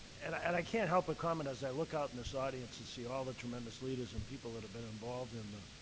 and and i can't help but comment, as i look out in this audience and see all the tremendous leaders and people that have been involved in the